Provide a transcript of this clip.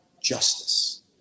justice